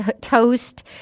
toast